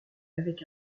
avec